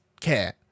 care